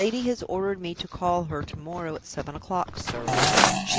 the lady has ordered me to call her to-morrow at seven o'clock, sir,